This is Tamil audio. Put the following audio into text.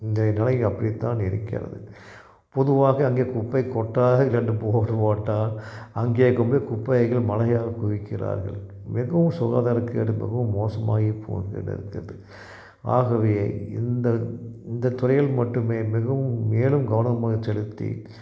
இன்றைய நிலை அப்படித்தான் இருக்கிறது பொதுவாக அங்கே குப்பை கொட்டாதீர்கள் என்று போர்டு போட்டால் அங்கே கொண்டு போய் குப்பைகள் மலையாக குவிக்கிறார்கள் மிகவும் சுகாதாரக் கேடு மிகவும் மோசமாய் போய் கொண்டு இருக்கிறது ஆகவே இந்த இந்த துறையில் மட்டுமே மிகவும் மேலும் கவனமாக செலுத்தி